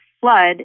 flood